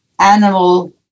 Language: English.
animal